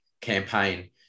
campaign